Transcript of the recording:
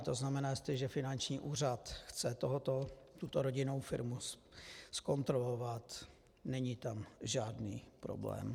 To znamená, jestliže finanční úřad chce tuto rodinnou firmu zkontrolovat, není tam žádný problém.